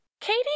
Katie